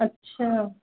अच्छा